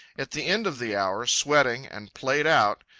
at the end of the hour, sweating and played out,